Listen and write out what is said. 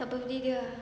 kat birthday dia